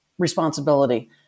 responsibility